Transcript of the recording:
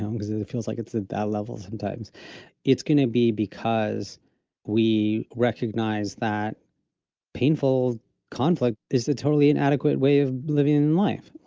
um because it it feels like it's ah that level, sometimes it's going to be because we recognize that painful conflict is a totally inadequate way of living in life.